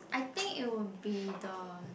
I think it would be the